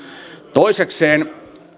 toisekseen